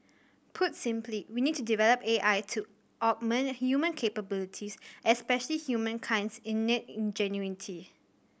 put simply we need to develop A I to augment human capabilities especially humankind's innate ingenuity